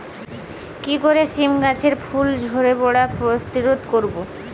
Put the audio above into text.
কি করে সীম গাছের ফুল ঝরে পড়া প্রতিরোধ করব?